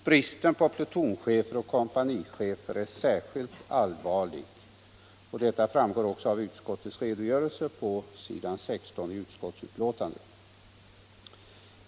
Bristen på plutonchefer och kompanichefer är särskilt allvarlig. Detta framgår också av utskottets redogörelse på s. 16 i utskottsbetänkandet.